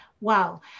wow